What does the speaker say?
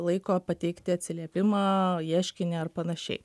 laiko pateikti atsiliepimą ieškinį ar panašiai